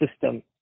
system